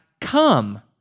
come